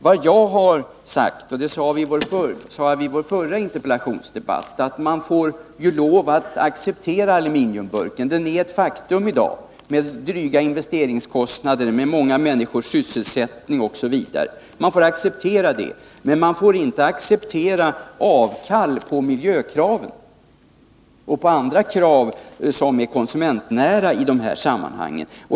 Vad jag har sagt — och det sades också under den förra interpellationsdebatten — är att man får lov att acceptera aluminiumburken. Den är ju ett faktum i dag, med dryga investeringskostnader, med många människor sysselsatta osv. Vi får acceptera detta, men vi får inte acceptera avkall på miljökraven och på andra krav som är konsumentnära i dessa sammanhang.